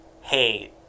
hey